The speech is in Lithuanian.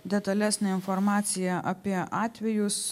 detalesnę informaciją apie atvejus